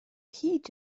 hyd